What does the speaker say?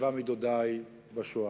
שבעה מדודי, בשואה,